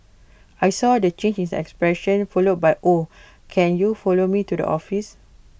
I saw the change in expression followed by oh can you follow me to the office